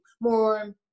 more